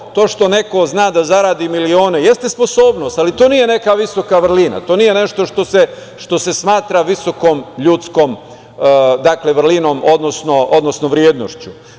Dakle, to što neko zna da zaradi milione jeste sposobnost, ali to nije neka visoka vrlina, to nije nešto što se smatra visokom ljudskom vrlinom, odnosno vrednošću.